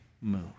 move